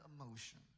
emotion